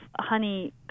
honey